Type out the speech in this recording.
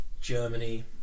germany